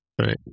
right